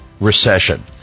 recession